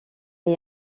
est